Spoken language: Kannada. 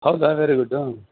ಹೌದಾ ವೆರಿ ಗುಡ್ ಹಾಂ